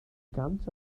gant